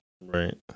Right